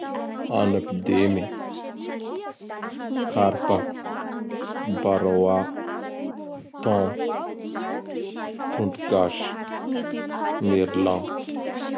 Anaky dimy: Karpa, Barawa, Thon, Trondro Gasy, Merlan.